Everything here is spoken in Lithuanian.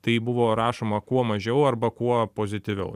tai buvo rašoma kuo mažiau arba kuo pozityviau